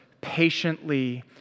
patiently